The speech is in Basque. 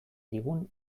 digun